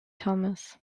thomas